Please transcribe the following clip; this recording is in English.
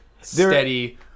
steady